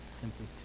simply